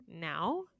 now